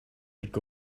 think